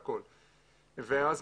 ואז,